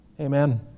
amen